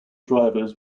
drivers